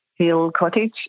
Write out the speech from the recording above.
hillcottage